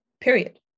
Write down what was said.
period